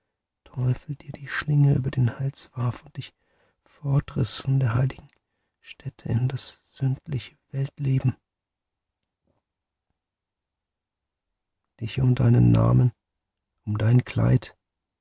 teufel dir die schlinge über den hals warf und dich fortriß von der heiligen stätte in das sündliche weltleben dich um deinen namen um dein kleid